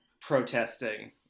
protesting